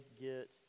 get